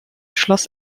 schloss